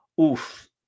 Oof